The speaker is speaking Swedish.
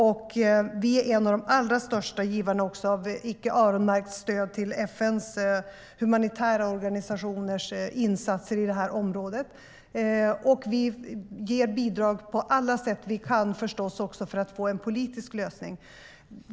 Vi är också en av de allra största givarna av icke-öronmärkt stöd till FN:s humanitära organisationers insatser i området. Vi ger förstås även bidrag på alla sätt vi kan för att få en politisk lösning.